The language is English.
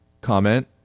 Comment